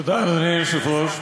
תודה, אדוני היושב-ראש.